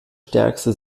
stärkste